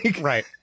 right